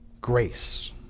grace